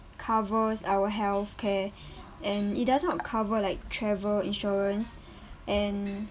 covers our health care and it does not cover like travel insurance and